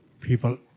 People